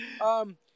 Um-